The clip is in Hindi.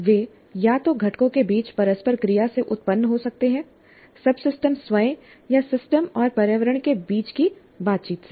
वे या तो घटकों के बीच परस्पर क्रिया से उत्पन्न हो सकते हैं सबसिस्टम स्वयं या सिस्टम और पर्यावरण के बीच की बातचीत से